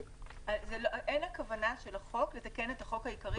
אין כוונה לתקן את החוק המקורי.